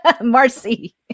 Marcy